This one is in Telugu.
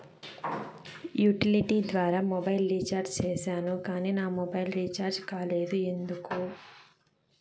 యుటిలిటీ ద్వారా మొబైల్ రీచార్జి సేసాను కానీ నా మొబైల్ రీచార్జి కాలేదు ఎందుకు?